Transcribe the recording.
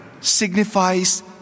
signifies